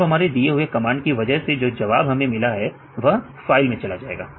अब हमारे दिए हुए कमांड की वजह से जो जवाब हमें मिला है वह फाइल में चला जाएगा